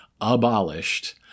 abolished